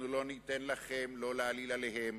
לא ניתן לכם להעליל עליהם,